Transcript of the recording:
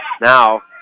Now